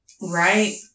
Right